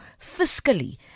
fiscally